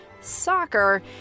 soccer